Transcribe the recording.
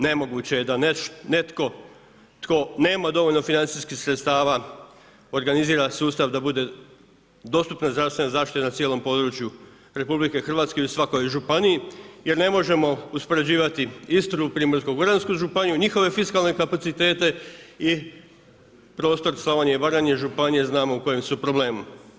Nemoguće je da netko tko nema dovoljno financijskih sredstava organizira sustav da bude dostupna zdravstvena zaštita na cijelom području RH i u svakoj županiji jer ne možemo uspoređivati Istru, Primorsko-goransku županiju, njihove fiskalne kapacitete i prostor Slavonije i Baranje, županije, znamo u kojem su problemu.